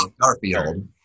Garfield